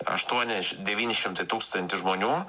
aštuoni š devyni šimtai tūkstantis žmonių